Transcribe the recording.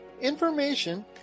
Information